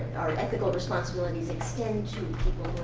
our ethical responsibilities extend to